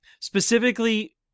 Specifically